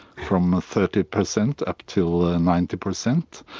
from ah thirty percent up till ah and ninety percent.